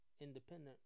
independent